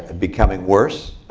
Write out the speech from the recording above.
becoming worse.